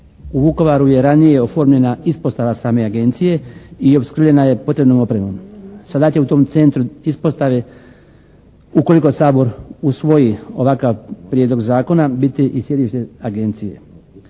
U Vukovaru je ranije oformljena ispostava same agencije i opskrbljena je potrebnom opremom. Sada će u tom centru ispostave ukoliko Sabor usvoji ovakav prijedlog zakona, biti i sjedište agencije.